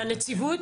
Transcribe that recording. לנציבות?